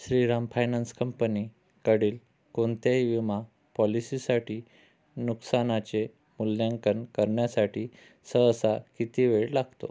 Shriram finance कंपनीकडील कोणत्याही विमा पॉलिसीसाठी नुकसानाचे मूल्यांकन करण्यासाठी सहसा किती वेळ लागतो